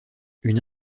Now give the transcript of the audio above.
une